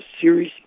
series